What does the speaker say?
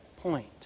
point